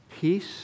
peace